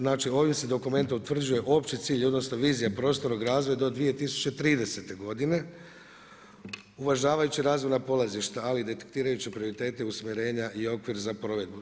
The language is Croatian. Znači ovim se dokumentom utvrđuje opći cilj odnosno vizija prostornog razvoja do 2030. godine. uvažavajući razvojna polazišta ali i detektirajući prioritete, usmjerenja i okvir za provedbu.